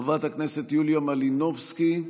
חברת הכנסת יוליה מלינובסקי,